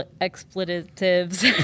expletives